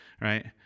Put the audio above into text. right